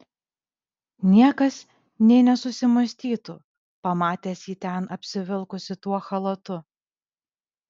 niekas nė nesusimąstytų pamatęs jį ten apsivilkusį tuo chalatu